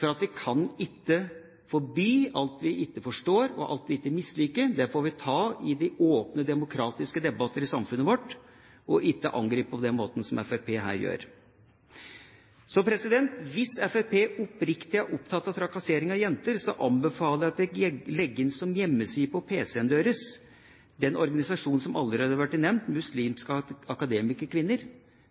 fordi vi ikke kan forby alt vi ikke forstår og alt vi misliker. Det får vi ta i åpne, demokratiske debatter i samfunnet vårt, og ikke angripe det på den måten som Fremskrittspartiet nå gjør. Hvis Fremskrittspartiet oppriktig er opptatt av trakassering av jenter, så anbefaler jeg at dere legger inn på PC-en deres hjemmesiden til den organisasjonen som allerede har vært nevnt, Muslimske Akademikerkvinner.